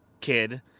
kid